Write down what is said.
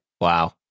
Wow